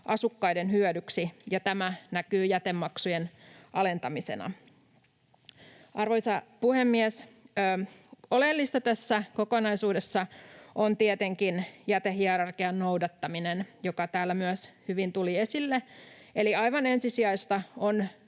asukkaiden hyödyksi, ja tämä näkyy jätemaksujen alentamisena. Arvoisa puhemies! Oleellista tässä kokonaisuudessa on tietenkin jätehierarkian noudattaminen, mikä täällä myös hyvin tuli esille. Eli aivan ensisijaista on